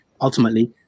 Ultimately